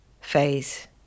phase